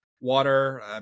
Water